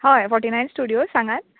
हय forty nine studio सांगात